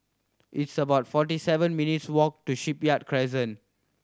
it's about forty seven minutes' walk to Shipyard Crescent